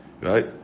Right